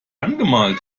angemalt